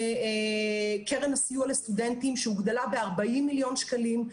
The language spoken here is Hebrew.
קרן הסיוע לסטודנטים שהוגדלה ב-40 מיליון שקלים,